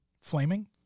Flaming